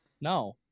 No